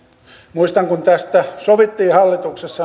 muistan että kun tästä sovittiin hallituksessa